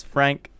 Frank